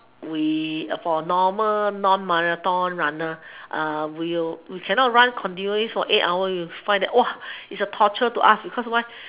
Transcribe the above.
we for normal non marathon runner will we cannot run continuously for eight hour we find that is a torture to us because why